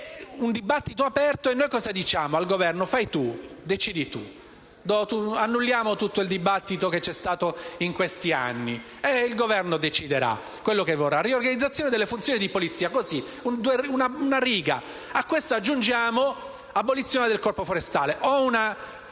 Il dibattito è aperto e noi diciamo al Governo: «Fai tu. Decidi tu». Annulliamo tutto il dibattito che si è svolto in questi anni, e il Governo deciderà quello che vorrà. È una riga: riordino delle funzioni di polizia. A questo aggiungiamo l'abolizione del Corpo forestale.